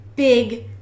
big